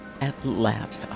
Atlanta